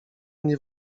nie